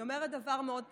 היא אומרת דבר מאוד פשוט.